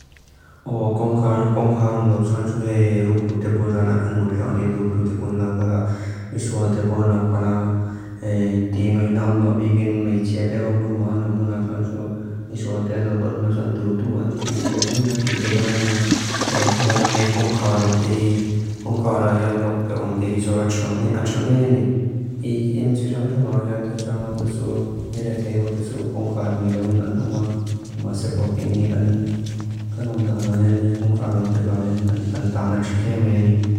Áwá kónkára ám ló sánsu hé rúk rútipo zána kán múni xáni rúk rútipo náukála risuáltipo náukála tí ángui náam ló bíkin meitxáate áhú rúmá ánú múna sánsu risuáltipo náukála rúna sántuú duú duú ánti duú duú ánti théitón áni á. Hé hiván hé kónkára ám tehi, kónkára áhí án lókta ám tehi sáwa chámi áchunga iáni. Í ín chicháng chunga áhí ánta cháng áhú du sú, í rá théi áhú du sú, kónkára ní lovin án ámá ma sápók iáni. Kan kanúm tán áhí áni, kónkára rúm tiván iáni, kan tán áchulté ma iáni.